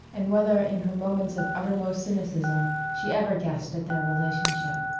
and whether in her moments of uttermost cynicism she ever guessed at their relationship.